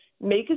make